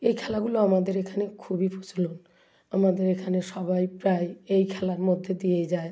এই খেলাগুলো আমাদের এখানে খুবই প্রচলন আমাদের এখানে সবাই প্রায় এই খেলার মধ্যে দিয়েই যায়